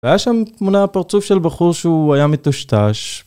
והיה שם תמונה, פרצוף של בחור שהוא היה מטושטש